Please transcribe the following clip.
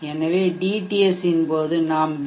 எனவே dTS இன் போது நாம் பி